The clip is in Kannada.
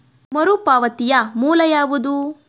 ಮರುಪಾವತಿಯ ಮೂಲ ಯಾವುದು?